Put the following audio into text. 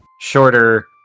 shorter